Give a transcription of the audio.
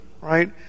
Right